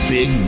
Big